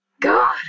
God